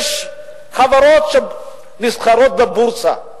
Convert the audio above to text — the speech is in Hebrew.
יש חברות שנסחרות בבורסה,